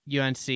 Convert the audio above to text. UNC